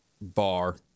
bar